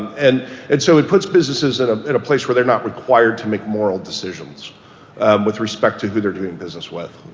and it so it puts businesses and in a place they're not required to make moral decisions with respect to who they're doing business with.